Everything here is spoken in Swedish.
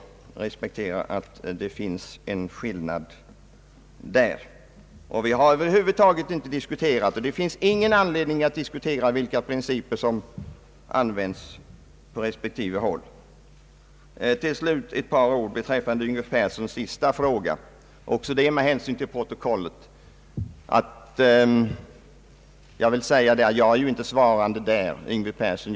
Jag hoppas att herr Yngve Persson är överens med mig om denna syn. Vi har inte diskuterat — och det finns ingen anledning att diskutera — vilka principer som tillämpas vid facklig anslutning på respektive håll. Till slut ett par ord beträffande herr Yngve Perssons sista fråga, också det med hänsyn till protokollet. Jag är inte svarande där, herr Persson.